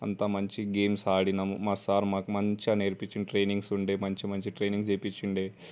అంతా మంచి గేమ్స్ ఆడాము మా సార్ మాకు మంచిగా నేర్పించారు ట్రైనింగ్స్ ఉండేది మంచి మంచి ట్రైనింగ్స్ చేపిస్తూ ఉండేది